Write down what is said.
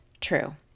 true